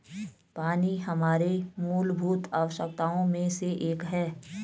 पानी हमारे मूलभूत आवश्यकताओं में से एक है